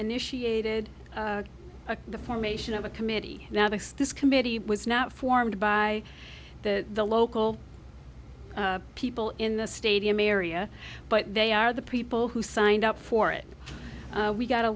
initiated the formation of a committee now that this committee was not formed by the the local people in the stadium area but they are the people who signed up for it we got a